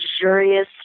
luxurious